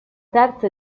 terza